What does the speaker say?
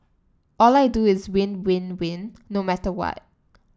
all I do is win win win no matter what